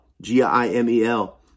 G-I-M-E-L